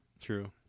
True